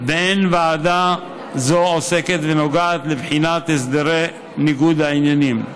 ואין ועדה זו עוסקת ונוגעת לבחינת הסדרי ניגודי עניינים.